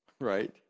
right